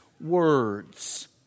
words